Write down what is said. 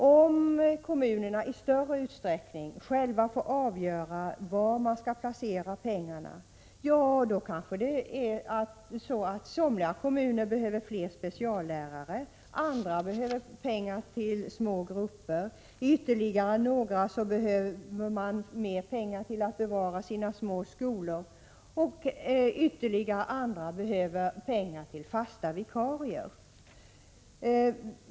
Om kommunerna i större utsträckning själva får avgöra var de skall placera pengarna, kanske det visar sig att somliga kommuner behöver fler speciallärare och att andra behöver pengar till små grupper. Ytterligare några behöver mer pengar till att bevara sina små skolor och ytterligare andra behöver pengar till fasta vikarier.